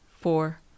four